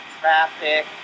traffic